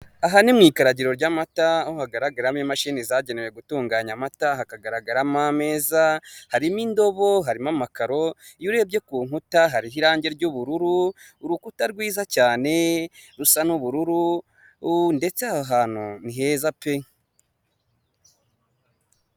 Aha ni mu ikaragiro ry'amata aho hagaragaramo imashini zagenewe gutunganya amata, hakagaragaramo ameza, harimo indobo, harimo amakaro. Iyo urebye ku nkuta hariho irange ry'ubururu, urukuta rwiza cyane rusa n'ubururu ndetse aha hantu ni heza pe.